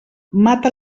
mata